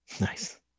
Nice